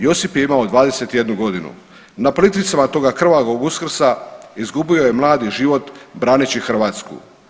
Josip je imao 21 godinu, na Plitvicama toga krvavog Uskrsa izgubio je mladi život braneći Hrvatsku.